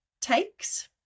takes